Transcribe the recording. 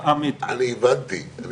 מעבר למתחמי השפעה